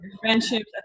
friendships